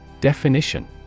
Definition